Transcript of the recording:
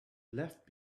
left